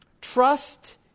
Trust